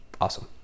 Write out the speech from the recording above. awesome